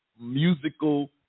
musical